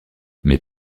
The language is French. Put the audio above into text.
mais